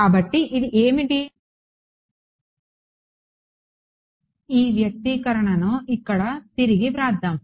కాబట్టి ఇది ఏమిటి ఈ వ్యక్తీకరణను ఇక్కడ తిరిగి వ్రాస్దాం